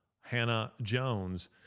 Hannah-Jones